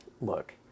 Look